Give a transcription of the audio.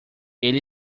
ele